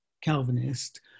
Calvinist